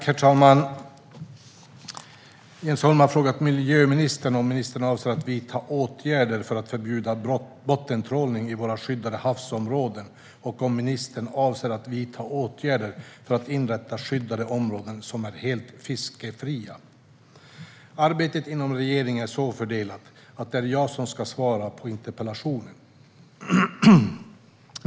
Herr talman! Jens Holm har frågat miljöministern om ministern avser att vidta åtgärder för att förbjuda bottentrålning i våra skyddade havsområden och om ministern avser att vidta åtgärder för att inrätta skyddade områden som är helt fiskefria. Arbetet inom regeringen är så fördelat att det är jag som ska svara på interpellationen.